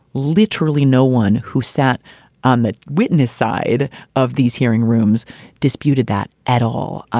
literally, no one who sat on the witness side of these hearing rooms disputed that at all. ah